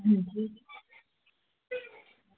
अंजी